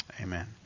Amen